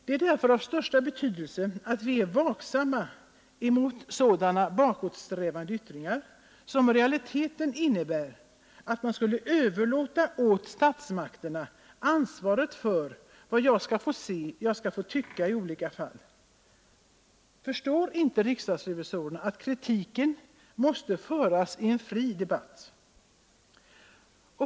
Det är därför av största betydelse att vi är vaksamma mot sådana bakåtsträvande yttringar som i realiteten innebär att man skulle överlåta åt statsmakterna ansvaret för vad vi skall få se och tycka i olika fall. Förstår inte riksdagsrevisorerna att kritiken måste föras i en fri debatt?